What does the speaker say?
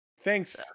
Thanks